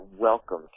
welcome